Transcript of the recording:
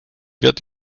wird